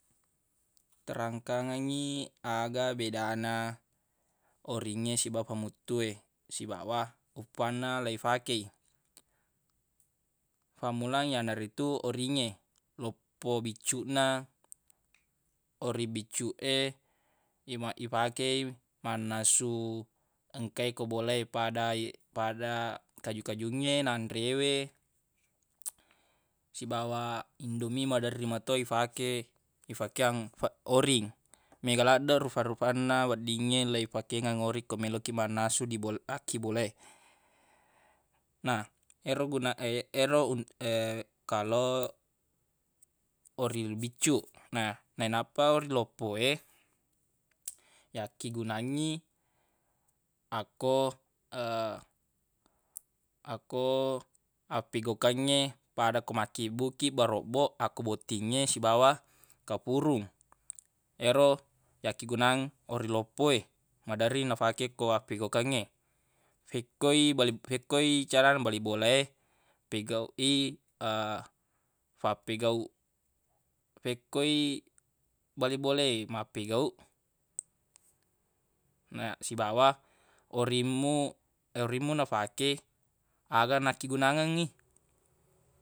Terangkangengi aga beda na oringnge siba famuttu e sibawa uppa na leifake i fammulang yanaritu oringnge loppo biccuq na oring biccuq e yema- ifakei mannasu engka e ko bola e pada pada kaju-kajungnge nanre we sibawa indomi maderri mato ifake ifakeang oring mega ladde rufa-rufanna weddingnge leifakengeng oring ko meloq kiq mannasu dibol- ki bola e na yero guna- ero u- kalo oring biccuq na e nappa oring loppo e yakkegunangngi akko akko appigaukengnge pada ko makkibbuq kiq barobboq akko bottingnge sibawa kafurung yero yakkigunang oring loppo e maderri nafake ko appigaukengnge fikko i bali- fikko i carana bali bola e pigauq i fappigauq fekkoi bali bola e mappigauq na- sibawa orimmu- orimmu nafake aga nakkigunangngengngi.